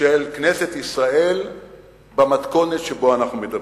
של כנסת ישראל במתכונת שבה אנחנו מדברים.